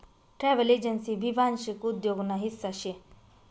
travel agency भी वांशिक उद्योग ना हिस्सा शे